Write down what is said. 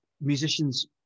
musicians